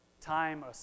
time